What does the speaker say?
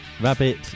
Rabbit